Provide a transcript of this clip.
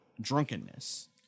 drunkenness